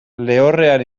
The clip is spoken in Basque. lehorrean